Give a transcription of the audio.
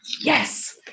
yes